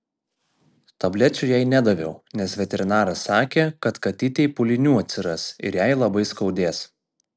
tablečių jai nedaviau nes veterinaras sakė kad katytei pūlinių atsiras ir jai labai skaudės